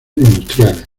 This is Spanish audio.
industriales